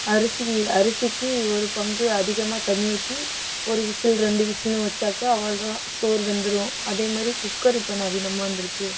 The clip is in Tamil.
அரிசி அரிசிக்கு ஒரு பங்கு அதிகமாக தண்ணி ஊற்றி ஒரு விசில் ரெண்டு விசில்னு வெச்சாக்கால் அவ்வளோதான் சோறு வெந்துரும் அதே மாதிரி குக்கர் இப்போ நவீனமாக வந்திருக்கு